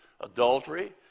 Adultery